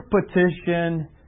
petition